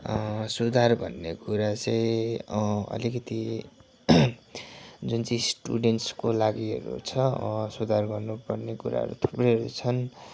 सुधार भन्ने कुरा चाहिँ अलिकति जुन चाहिँ स्टुडेन्ट्सको लागिहरू छ सुधार गर्नुपर्ने कुराहरू थुप्रैहरू छन्